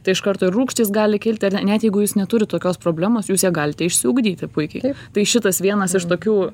tai iš karto ir rūgštys gali kilti ar ne net jeigu jūs neturit tokios problemos jūs ją galite išsiugdyti puikiai tai šitas vienas iš tokių